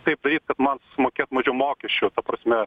taip daryt kad man sumokėt mažiau mokesčių ta prasme